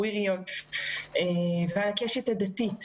קוויריות והקשת הדתית.